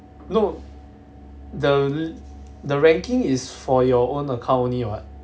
no the the ranking for your own account only what